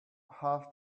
have